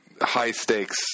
high-stakes